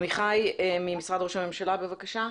עמיחי ממשרד ראש הממשלה, בבקשה.